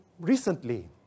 recently